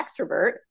extrovert